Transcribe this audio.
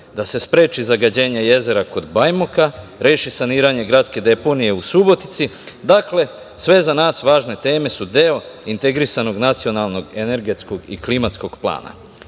da se spreči zagađenje jezera kod Bajmoka, reši saniranje gradske deponije u Subotici. Dakle, sve za nas važne teme su deo integrisanog nacionalnog energetskog i klimatskog plana. Ova